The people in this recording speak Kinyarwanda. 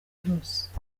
virus